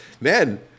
man